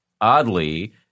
oddly